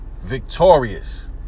victorious